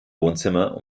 wohnzimmer